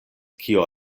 kio